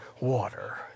water